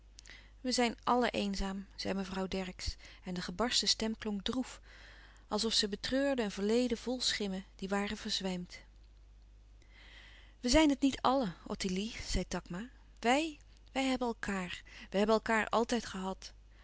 we zijn allen eenzaam zei mevrouw dercksz en de gebarsten stem klonk droef als of ze betreurde een verleden vl schimmen die waren verzwijmd louis couperus van oude menschen de dingen die voorbij gaan we zijn het niet allen ottilie zei takma wij wij hebben elkaâr wij hebben elkaâr altijd gehad